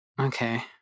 Okay